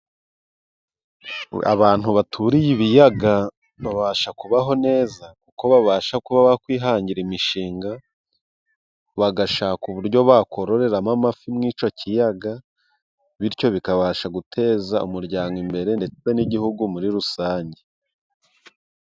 Abantu baturiye ibiyaga babasha kubaho neza kuko babasha kuba bakwihangira imishinga bagashaka uburyo bakororeramo amafi muri icyo kiyaga, bityo bikabasha guteza umuryango imbere ndetse n'igihugu muri rusange.